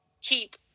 keep